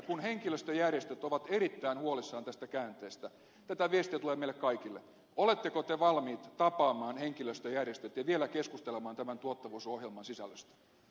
kun henkilöstöjärjestöt ovat erittäin huolissaan tästä käänteestä tätä viestiä tulee meille kaikille oletteko te valmiit tapaamaan henkilöstöjärjestöt ja vielä keskustelemaan tämän tuottavuusohjelman sisällöstä